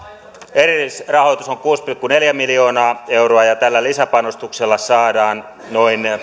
erillisrahoitus on kuusi pilkku neljä miljoonaa euroa ja tällä lisäpanostuksella saadaan noin